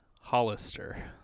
Hollister